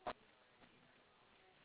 it's this baby doll dress right